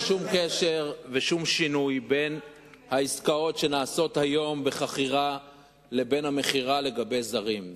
אין שום קשר בין המעבר מחכירה למכירה לבין זרים,